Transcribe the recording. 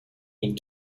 need